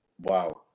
wow